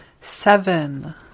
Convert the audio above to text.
Seven